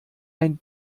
ein